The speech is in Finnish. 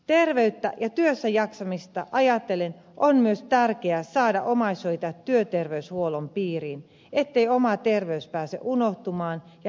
terveyttä ja työssäjaksamista ajatellen on myös tärkeä saada omaishoitajat työterveyshuollon piiriin ettei oma terveys pääse unohtumaan ja heikentymään hoitotyössä